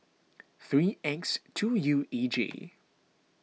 three X two U E G